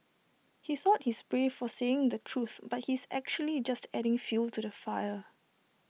he thought he's brave for saying the truth but he's actually just adding fuel to the fire